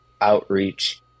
outreach